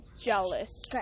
jealous